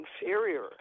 inferior